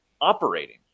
operating